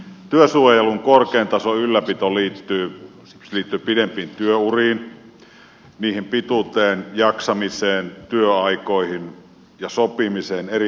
työsuojelun korkean tason ylläpito liittyy pidempiin työuriin niiden pituuteen jaksamiseen työaikoihin ja sopimiseen eri tasoilla